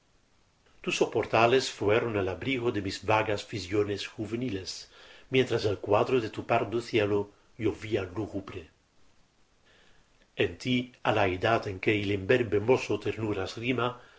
tus soportales fueron el abrigo de mis vagas visiones juveniles mientras el cuadro de tu pardo cielo llovía lúgubre en tí á la edad en que el imberbe mozo ternuras